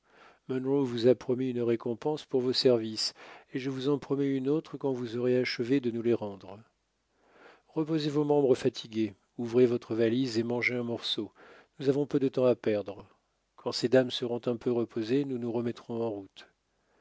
vous a promis une récompense pour vos services et je vous en promets une autre quand vous aurez achevé de nous les rendre reposez vos membres fatigués ouvrez votre valise et mangez un morceau nous avons peu de temps à perdre quand ces dames seront un peu reposées nous nous remettrons en route